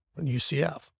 UCF